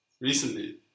Recently